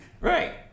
right